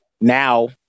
now